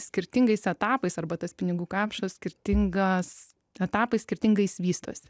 skirtingais etapais arba tas pinigų kapšas skirtingas etapais skirtingai jis vystosi